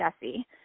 Jesse